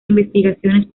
investigaciones